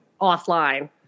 offline